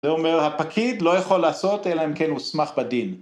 זה אומר, הפקיד לא יכול לעשות, אלא אם כן הוא הוסמך בדין.